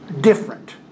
different